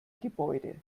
gebäude